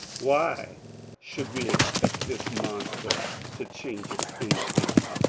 why should we expect this monster to change its instincts?